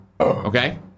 Okay